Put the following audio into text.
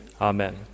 Amen